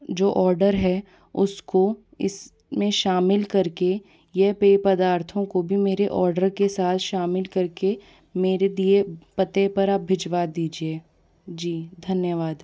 जो ऑर्डर है उसको इसमें शामिल करके यह पेय पदार्थों को भी मेरे ऑर्डर के साथ शामिल करके मेरे दिए पते पर आप भिजवा दीजिए जी धन्यवाद